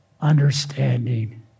understanding